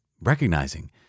recognizing